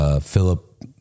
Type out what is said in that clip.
Philip